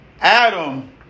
Adam